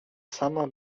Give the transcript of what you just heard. sama